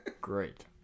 Great